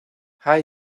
high